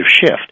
shift